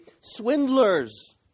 swindlers